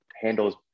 handles